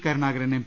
Karunakaran M